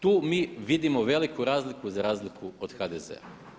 Tu mi vidimo veliku razliku za razliku od HDZ-a.